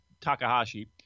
Takahashi